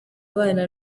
abana